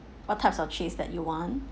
what types of cheese that you want